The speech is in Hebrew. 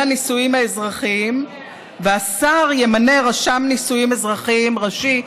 הנישואים האזרחיים ושהשר ימנה רשם נישואים אזרחיים ראשי,